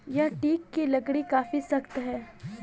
यह टीक की लकड़ी काफी सख्त है